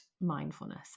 mindfulness